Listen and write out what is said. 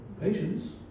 patience